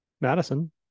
madison